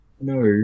no